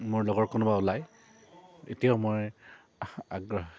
মোৰ লগৰ কোনোবা ওলায় এতিয়াও মই আগ্ৰহ